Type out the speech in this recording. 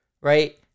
right